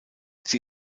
sie